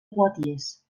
poitiers